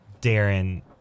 Darren